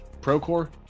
Procore